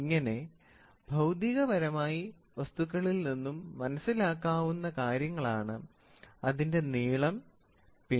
ഇങ്ങനെ ഭൌതിക പരമായി വസ്തുക്കളിൽ നിന്നും മനസ്സിലാക്കാവുന്ന കാര്യങ്ങളാണ് അതിന്റെ നീളം പിണ്ഡം സാന്ദ്രത ശക്തി ഒഴുക്ക് എന്നിവ